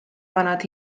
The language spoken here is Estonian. vanad